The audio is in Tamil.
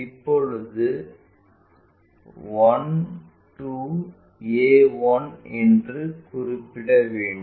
இப்போது 12 a1 என்று குறிப்பிட வேண்டும்